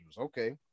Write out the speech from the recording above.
Okay